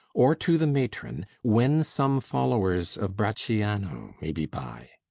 or to the matron, when some followers of brachiano may be by.